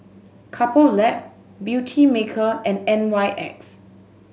Couple Lab Beautymaker and N Y X